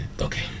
Okay